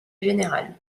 général